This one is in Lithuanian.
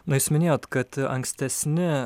na jūs minėjot kad ankstesni